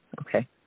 Okay